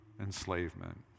enslavement